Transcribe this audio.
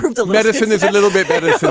the medicine is a little bit better.